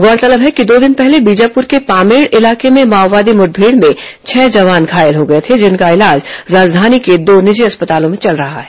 गौरतलब है कि दो दिन पहले बीजापुर के पामेड़ इलाके में माओवादी मुठभेड़ में छह जवान घायल हो गए थे जिनका इलाज राजधानी के दो निजी अस्पतालों में चल रहा है